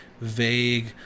vague